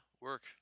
work